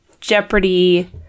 jeopardy